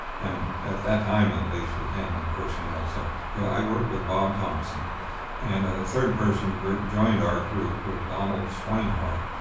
and at that time at least was handling personnel. so you know i worked with bob thompson and a third person joined our group, who was donald swinehart.